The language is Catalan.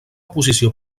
posició